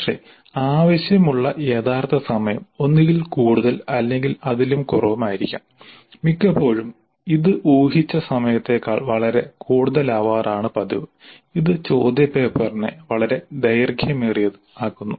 പക്ഷേ ആവശ്യമുള്ള യഥാർത്ഥ സമയം ഒന്നുകിൽ കൂടുതൽ അല്ലെങ്കിൽ അതിലും കുറവുമായിരിക്കാം മിക്കപ്പോഴും ഇത് ഊഹിച്ച സമയത്തേക്കാൾ വളരെ കൂടുതലാവാറാണ് പതിവ് ഇത് ചോദ്യപേപ്പറിനെ വളരെ ദൈർഘ്യമേറിയതാക്കുന്നു